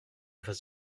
vase